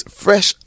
fresh